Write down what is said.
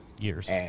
Years